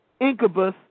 incubus